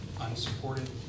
unsupported